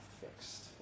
fixed